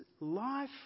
life